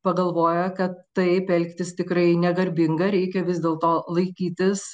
pagalvojo kad taip elgtis tikrai negarbinga reikia vis dėl to laikytis